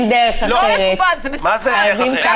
זה מסוכן.